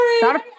sorry